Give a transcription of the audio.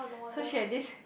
so she had this